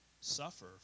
suffer